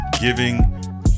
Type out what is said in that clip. giving